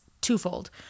twofold